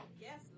Yes